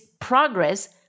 progress